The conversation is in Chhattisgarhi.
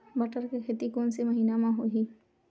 बटर के खेती कोन से महिना म होही?